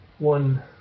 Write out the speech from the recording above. One